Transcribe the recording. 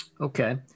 okay